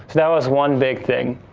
that was one big thing.